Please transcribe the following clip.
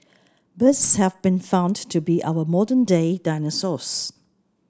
birds have been found to be our modern day dinosaurs